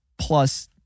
plus